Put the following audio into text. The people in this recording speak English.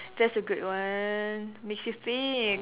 that's a good one